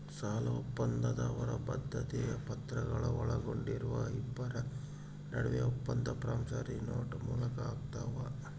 ಸಾಲಒಪ್ಪಂದ ಅವರ ಬದ್ಧತೆಯ ಪತ್ರಗಳು ಒಳಗೊಂಡಿರುವ ಇಬ್ಬರ ನಡುವೆ ಒಪ್ಪಂದ ಪ್ರಾಮಿಸರಿ ನೋಟ್ ಮೂಲಕ ಆಗ್ತಾವ